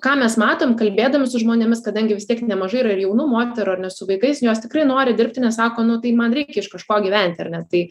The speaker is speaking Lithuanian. ką mes matom kalbėdami su žmonėmis kadangi vis tiek nemažai yra ir jaunų moterų ar ne su vaikais jos tikrai nori dirbti nes sako nu tai man reikia iš kažko gyventi ar ne tai